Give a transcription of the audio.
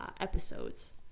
episodes